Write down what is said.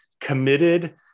committed